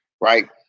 right